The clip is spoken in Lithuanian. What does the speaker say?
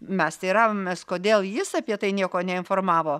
mes teiravomės kodėl jis apie tai nieko neinformavo